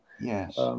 Yes